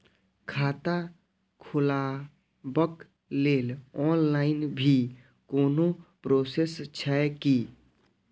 खाता खोलाबक लेल ऑनलाईन भी कोनो प्रोसेस छै की?